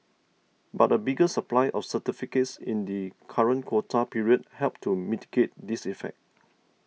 but a bigger supply of certificates in the current quota period helped to mitigate this effect